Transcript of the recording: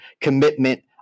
commitment